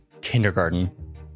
kindergarten